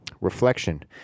reflection